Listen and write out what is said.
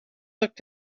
looked